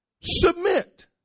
submit